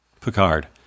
Picard